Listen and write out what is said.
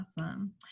Awesome